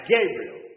Gabriel